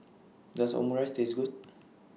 Does Omurice Taste Good